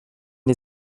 die